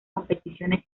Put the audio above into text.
competiciones